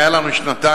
היו לנו שנתיים,